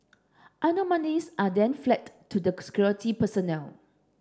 anomalies are then flagged to security personnel